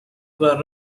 were